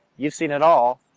you've seen it all,